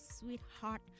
Sweetheart